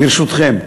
ברשותכם,